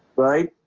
right